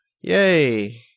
Yay